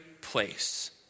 place